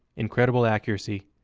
incredible accuracy,